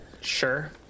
Sure